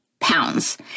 pounds